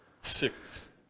six